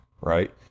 right